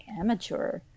amateur